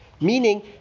Meaning